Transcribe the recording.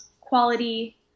quality